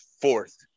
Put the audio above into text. fourth